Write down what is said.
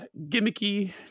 gimmicky